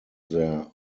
their